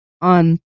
on